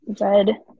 red